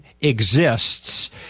exists